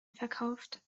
verkauft